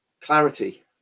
clarity